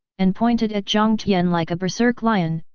and pointed at jiang tian like a berserk lion,